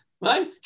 Right